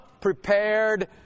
prepared